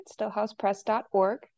stillhousepress.org